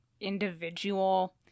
individual